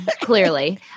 clearly